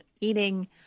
eating